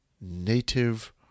native